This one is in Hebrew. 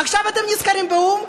עכשיו אתם נזכרים באו"ם,